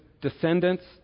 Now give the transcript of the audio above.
descendants